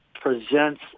presents